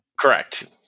correct